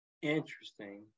interesting